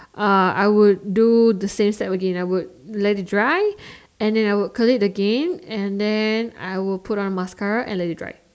uh I will do the same step again I would let it dry and then I would Curl it again and then I would put on mascara and let it dry